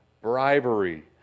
bribery